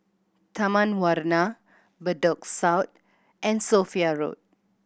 Taman Warna Bedok South and Sophia Road